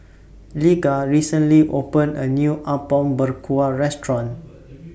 Lige recently opened A New Apom Berkuah Restaurant